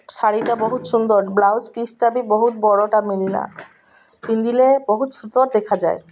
ଶାଢ଼ୀଟା ବହୁତ ସୁନ୍ଦର ବ୍ଲାଉଜ୍ ପିସ୍ଟା ବି ବହୁତ ବଡ଼ଟା ମିଳିଲା ପିନ୍ଧିଲେ ବହୁତ ସୁନ୍ଦର ଦେଖାଯାଏ